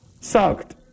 Sucked